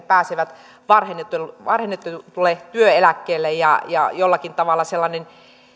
pääsevät varhennetulle varhennetulle työeläkkeelle ja ja jollakin tavalla tässä